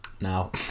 now